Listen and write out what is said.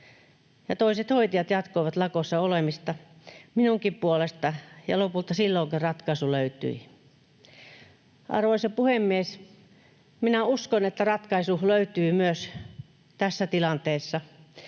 toiset hoitajat jatkoivat lakossa olemista minunkin puolestani. Lopulta silloinkin ratkaisu löytyi. Arvoisa puhemies! Minä uskon, että ratkaisu löytyy myös tässä tilanteessa,